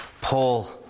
Paul